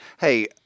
hey